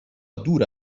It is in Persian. دور